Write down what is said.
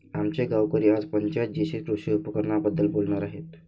आमचे गावकरी आज पंचायत जीशी कृषी उपकरणांबद्दल बोलणार आहेत